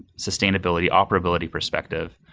sustainability, operability perspective.